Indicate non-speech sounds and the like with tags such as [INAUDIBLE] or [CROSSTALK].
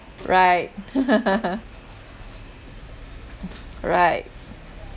right [LAUGHS] [NOISE] right